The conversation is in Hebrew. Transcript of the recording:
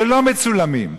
שלא מצולמים?